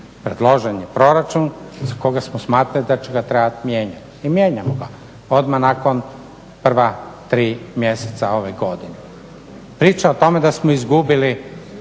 Predložen je proračun za koga smo smatrali da će ga trebati mijenjati i mijenjamo ga odmah nakon prva tri mjeseca ove godine. Priča o tome da smo izgubili